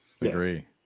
agree